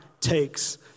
takes